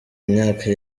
myaka